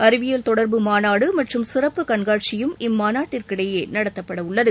அறிவியல் தொடர்பு மாநாடு மற்றும் கண்காட்சியும் இம்மாநாட்டிற்கிடையே நடத்தப்படவுள்ளது